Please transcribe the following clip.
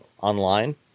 online